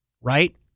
right